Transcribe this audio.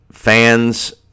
Fans